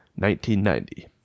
1990